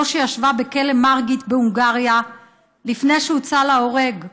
זו שישבה בכלא מרגיט בהונגריה לפני שהוצאה להורג שם,